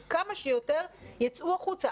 שכמה שיותר יצאו החוצה.